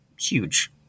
huge